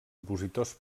opositors